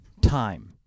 time